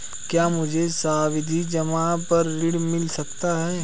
क्या मुझे सावधि जमा पर ऋण मिल सकता है?